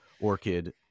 Orchid